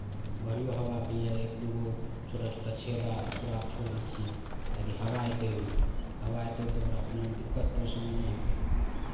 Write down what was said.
बाहरिओ हवाके लिए एक दू गो छोटा छोटा छेदा सुराख छोड़ि दै छियै ताकि हवा अयतै ओहिमे हवा अयतै तऽ ओकरा कोनो दिक्कत परेशानी नहि हेतै